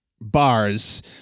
bars